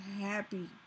happy